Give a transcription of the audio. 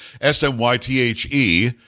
S-M-Y-T-H-E